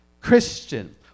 Christian